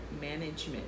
management